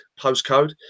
postcode